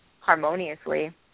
harmoniously